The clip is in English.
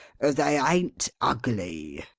they ain't ugly.